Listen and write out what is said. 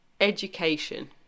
education